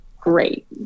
great